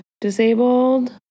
disabled